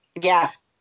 Yes